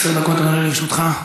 עשר דקות, אדוני, לרשותך.